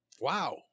wow